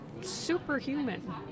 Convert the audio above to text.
superhuman